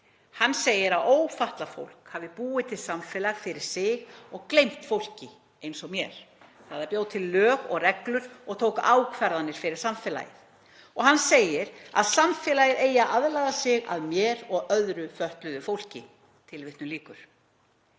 Hann segir að ófatlað fólk hafi búið til samfélag fyrir sig og gleymt fólki eins og mér þegar það bjó til lög og reglur og tók ákvarðanir fyrir samfélagið. Og hann segir að samfélagið eigi að aðlaga sig að mér og öðru fötluðu fólki.“ Alþingi